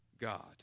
God